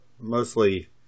mostly